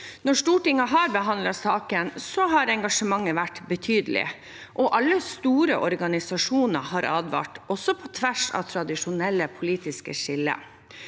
Når Stortinget har behandlet saken, har engasjementet vært betydelig. Alle store organisasjoner har advart, også på tvers av tradisjonelle politiske skiller.